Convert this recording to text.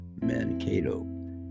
Mankato